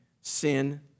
Sin